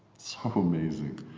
so amazing!